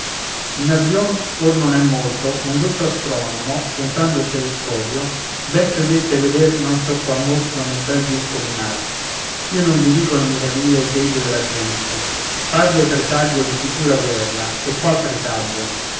in albïon or non è molto un dotto astronomo puntando il telescopio ben credette veder non so qual mostro nel bel disco lunar io non vi dico le meraviglie e il grido della gente parve presagio di sicura guerra e qual presagio